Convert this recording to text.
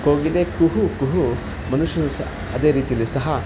ಕೋಗಿಲೆ ಕುಹೂ ಕುಹೂ ಮನುಷ್ಯನು ಸಹ ಅದೇ ರೀತೀಲಿ ಸಹ